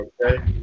Okay